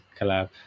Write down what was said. collab